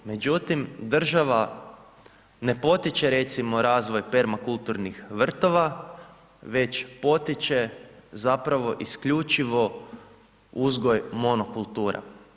Međutim, država ne potiče recimo razvoj permakulturnih vrtova već potiče zapravo isključivo uzgoj monokultura.